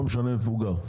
לא משנה איפה הוא גר.